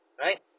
right